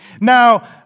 Now